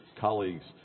colleagues